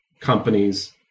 companies